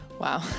Wow